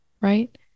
right